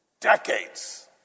Decades